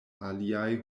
aliaj